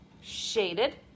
Shaded